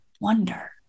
wonder